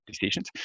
decisions